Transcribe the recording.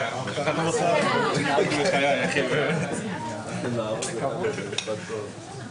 ככל שבקשה לצו זמני מוגשת לפני הגשת כתב אישום- -- אין לפני הגשת כתב